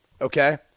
okay